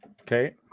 Okay